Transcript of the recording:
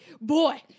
boy